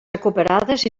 recuperades